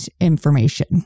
information